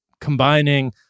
combining